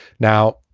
now,